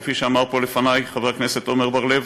כפי שאמר פה לפני חבר הכנסת עמר בר-לב.